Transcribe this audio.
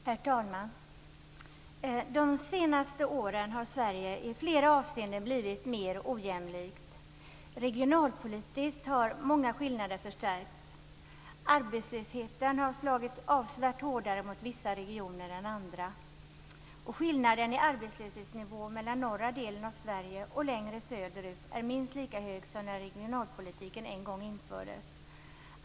Herr talman! Under de senaste åren har Sverige i flera avseenden blivit mer ojämlikt. Regionalpolitiskt har många skillnader förstärkts. Arbetslösheten har slagit avsevärt hårdare mot vissa regioner än mot andra. Skillnaden i arbetslöshetsnivå mellan norra delen av Sverige och längre söderut är minst lika stor som när regionalpolitiken en gång infördes.